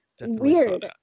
weird